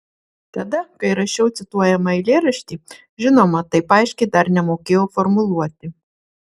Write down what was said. tada kai rašiau cituojamą eilėraštį žinoma taip aiškiai dar nemokėjau formuluoti